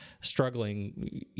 struggling